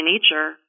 nature